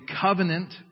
covenant